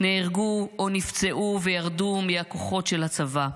נהרגו או נפצעו וירדו מהכוחות של הצבא.